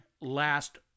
last